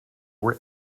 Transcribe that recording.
were